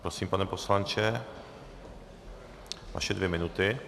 Prosím, pane poslanče, vaše dvě minuty.